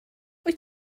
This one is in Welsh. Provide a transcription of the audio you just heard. wyt